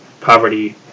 poverty